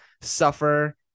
suffer